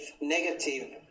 negative